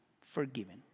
forgiven